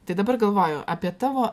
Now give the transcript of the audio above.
tai dabar galvoju apie tavo